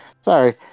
Sorry